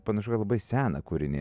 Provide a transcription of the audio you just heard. panašu kad labai seną kūrinį